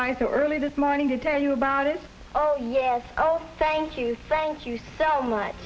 by so early this morning to tell you about it oh yes oh thank you thank you so much